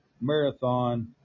marathon